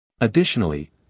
Additionally